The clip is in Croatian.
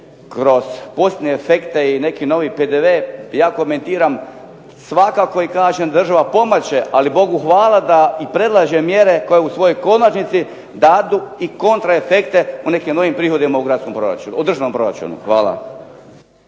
razumije./… efekte i neki novi PDV, ja komentiram svakako i kažem država pomaže, ali Bogu hvala da i predlaže mjere koje u svojoj konačnici dadu i kontra efekte o nekim novim prihodima u gradskom proračunu, u